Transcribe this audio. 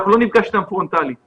אנחנו לא נפגשים אתם פרונטאלית וכן,